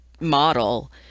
model